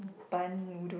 bun noodles